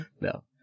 No